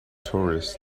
tourists